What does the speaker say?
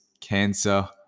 cancer